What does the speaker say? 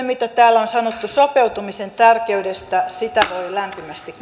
mitä täällä on sanottu sopeutumisen tärkeydestä voi lämpimästi